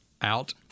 out